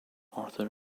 arthur